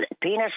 penis